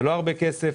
זה לא הרבה כסף.